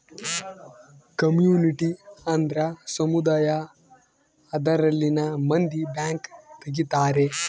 community ಅಂದ್ರ ಸಮುದಾಯ ಅದರಲ್ಲಿನ ಮಂದಿ ಬ್ಯಾಂಕ್ ತಗಿತಾರೆ